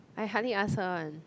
I hardly ask her one